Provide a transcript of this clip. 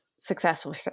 successful